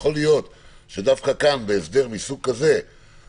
זו יכולה להיות פגיעה כלשהי בנושא כזה או